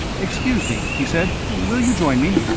excuse me, he said. will you join me?